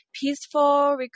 peaceful